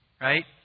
Right